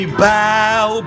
bow